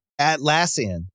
Atlassian